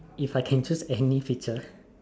if I can choose any picture